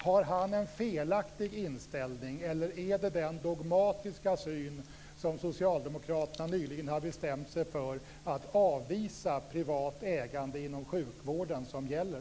Har han en felaktig inställning? Är det den dogmatiska syn som Socialdemokraterna nyligen bestämt sig för - att avvisa privat ägande inom sjukvården - som gäller?